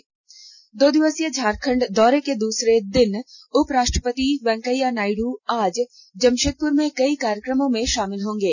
जमषेदपुर दो दिवसीय झारखण्ड दौरे के दूसरे दिन उपराष्ट्रपति वेकैंया नायडू आज जमषेदपुर में कई कार्यक्रमों में षामिल होंगे